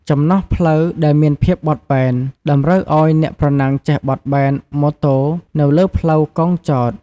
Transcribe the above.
ចំណែកផ្លូវដែលមានភាពបត់បែន តម្រូវឲ្យអ្នកប្រណាំងចេះបត់បែនម៉ូតូនៅលើផ្លូវកោងចោត។